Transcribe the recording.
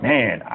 Man